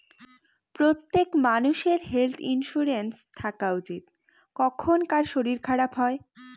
প্রত্যেক মানষের health insurance থাকা উচিত, কখন কার শরীর খারাপ হয়